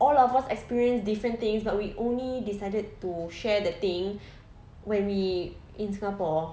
all of us experienced different things but we only decided to share that thing when we in singapore